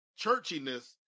churchiness